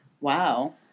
Wow